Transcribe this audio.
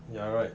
you're right